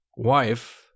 Wife